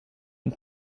and